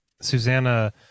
Susanna